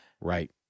right